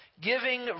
Giving